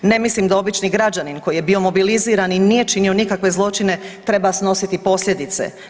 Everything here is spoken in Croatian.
Ne mislim da obični građanin koji je bio mobiliziran i nije činio nikakve zločine treba snositi posljedice.